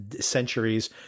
centuries